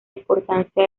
importancia